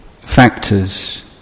factors